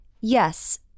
Yes